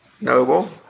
noble